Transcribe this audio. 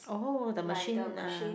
oh the machine ah